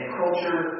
culture